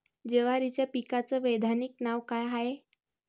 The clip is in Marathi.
जवारीच्या पिकाचं वैधानिक नाव का हाये?